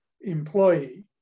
employee